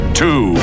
two